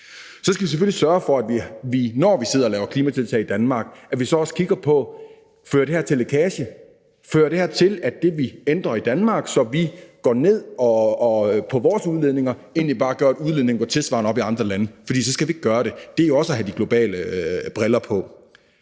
Så skal vi selvfølgelig sørge for, at vi, når vi sidder og laver klimatiltag i Danmark, også kigger på, om det her fører til lækage. Gør det, vi ændrer i Danmark, så vi går ned i vores udledning, at udledningen egentlig bare går tilsvarende op i andre lande? For så skal vi ikke gøre det. Det er jo også at have de globale briller på.